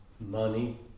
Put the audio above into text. money